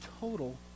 total